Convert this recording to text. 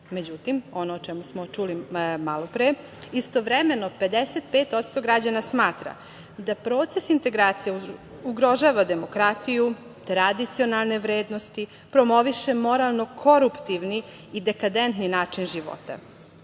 Međutim, ono o čemu smo čuli malopre, istovremeno 55% građana smatra da proces integracija ugrožava demokratiju, tradicionalne vrednosti, promoviše moralno-koruptivni i dekadentni način života. Iako